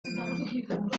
name